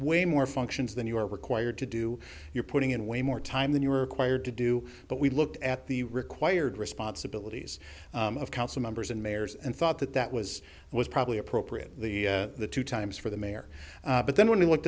way more functions than you are required to do you're putting in way more time than you were required to do but we looked at the required responsibilities of council members and mayors and thought that that was was probably appropriate the two times for the mayor but then when we looked